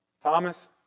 Thomas